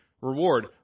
reward